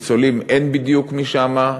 ניצולים אין בדיוק משם,